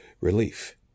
relief